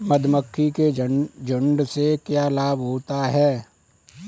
मधुमक्खी के झुंड से क्या लाभ होता है?